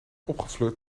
opgefleurd